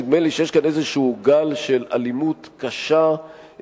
נדמה לי שיש כאן איזה גל של אלימות קשה שמחייב,